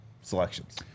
selections